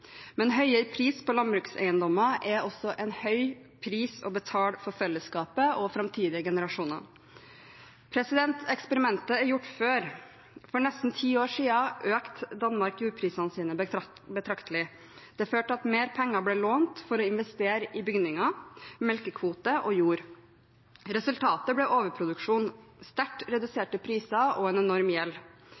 Men høyere pris på landbrukseiendommer er en høy pris å betale for fellesskapet og framtidige generasjoner. Eksperimentet er gjort før. For nesten ti år siden økte Danmark jordprisene sine betraktelig. Det førte til at mer penger ble lånt for å investere i bygninger, melkekvote og jord. Resultatet ble overproduksjon, sterkt reduserte priser og en enorm gjeld.